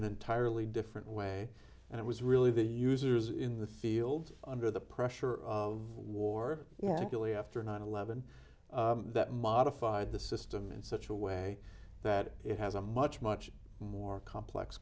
an entirely different way and it was really the users in the field under the pressure of war yet acutely after nine eleven that modified the system in such a way that it has a much much more complex